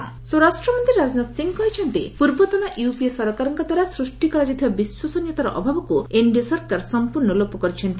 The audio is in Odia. ରାଜନାଥ ଏମ୍ପି ସ୍ୱରାଷ୍ଟ୍ରମନ୍ତ୍ରୀ ରାଜନାଥ ସିଂ କହିଛନ୍ତି ପୂର୍ବତନ ୟୁପିଏ ସରକାରଙ୍କ ଦ୍ୱାରା ସୃଷ୍ଟି କରାଯାଇଥିବା ବିଶ୍ୱନୀୟତାର ଅଭାବକୁ ଏନ୍ଡିଏ ସରକାର ସମ୍ପର୍ଶ୍ଣ ଲୋପ କରିଛନ୍ତି